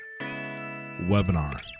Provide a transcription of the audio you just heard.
webinar